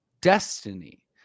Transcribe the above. destiny